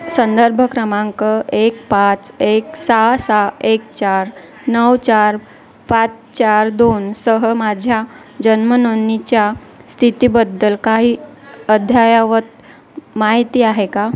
संदर्भ क्रमांक एक पाच एक सहा सहा एक चार नऊ चार पाच चार दोनसह माझ्या जन्मनोंदणीच्या स्थितीबद्दल काही अद्ययावत माहिती आहे का